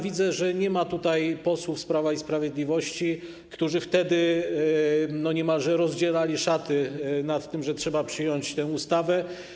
widzę, że nie ma tutaj posłów z Prawa i Sprawiedliwości, którzy wtedy niemalże rozdzierali szaty nad tym, że trzeba przyjąć tę ustawę.